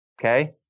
Okay